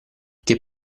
che